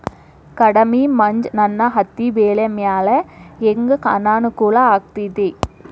ಕಡಮಿ ಮಂಜ್ ನನ್ ಹತ್ತಿಬೆಳಿ ಮ್ಯಾಲೆ ಹೆಂಗ್ ಅನಾನುಕೂಲ ಆಗ್ತೆತಿ?